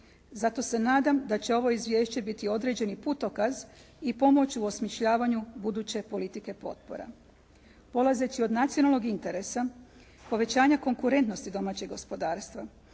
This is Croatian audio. Zato se nadam da će ovo izvješće biti određeni putokaz i pomoć u osmišljavanju buduće politike potpora. Polazeći od nacionalnog interesa, povećanja konkurentnosti domaćeg gospodarstva